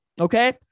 okay